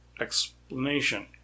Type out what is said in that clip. explanation